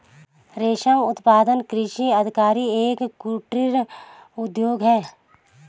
रेशम उत्पादन कृषि आधारित एक कुटीर उद्योग है